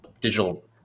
digital